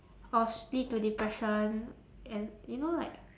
or s~ lead to depression and you know like